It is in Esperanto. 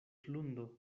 lundo